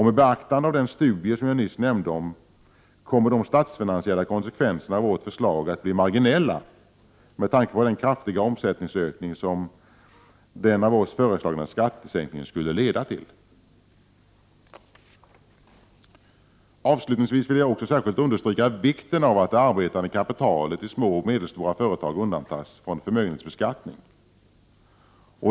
Med beaktande av den studie som jag nyss nämnde kommer de statsfinansiella konsekvenserna av vårt förslag att bli marginella med tanke på den kraftiga omsättningsökning som den av oss föreslagna skattesänkningen skulle leda till. Avslutningsvis vill jag också särskilt understryka vikten av att det arbetande kapitalet i små och medelstora företag undantas från förmögenhetsbeskattning.